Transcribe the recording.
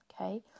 okay